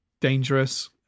dangerous